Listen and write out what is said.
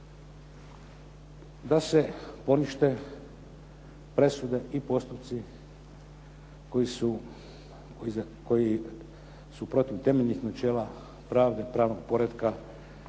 da se ponište presude i postupci koji su protiv temeljnih načela pravde, pravnog poretka